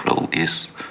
release